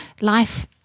life